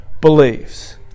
believes